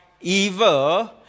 evil